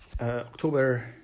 October